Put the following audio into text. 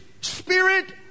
spirit